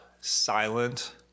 silent